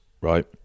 right